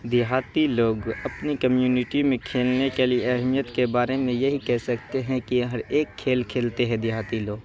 دیہاتی لوگ اپنے کمیونٹی میں کھیلنے کے لیے اہمیت کے بارے میں یہی کہہ سکتے ہیں کہ ہر ایک کھیل کھیلتے ہیں دیہاتی لوگ